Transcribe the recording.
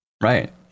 right